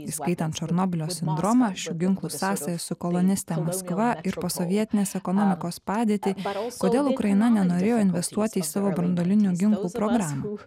įskaitant černobylio sindromą šių ginklų sąsaja su koloniste maskva ir posovietinės ekonomikos padėtį kodėl ukraina nenorėjo investuoti į savo branduolinių ginklų programą